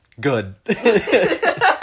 Good